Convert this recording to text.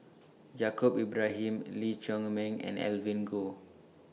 Yaacob Ibrahim Lee Chiaw Meng and Evelyn Goh